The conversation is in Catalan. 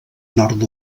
nord